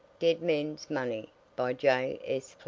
dead men's money by j s.